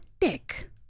dick